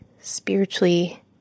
spiritually